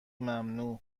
ممنوع